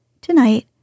Tonight